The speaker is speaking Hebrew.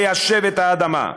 ליישב את האדמה.